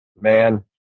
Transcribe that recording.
man